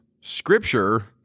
scripture